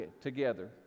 together